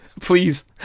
Please